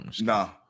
no